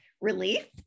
relief